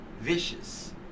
Vicious